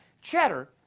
Cheddar